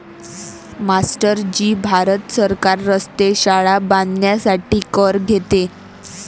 master ji Bharat सरकार रस्ते, शाळा बांधण्यासाठी कर घेते